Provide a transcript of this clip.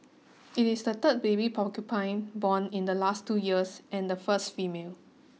it is the third baby porcupine born in the last two years and the first female